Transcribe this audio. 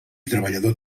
treballador